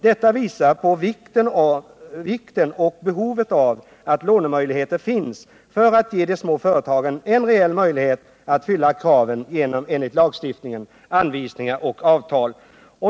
Detta visar på vikten och behovet av att lånemöjligheter finns för att ge de små företagen en reell möjlighet att fylla kraven enligt lagstiftning, anvisningar och avtal.